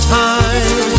time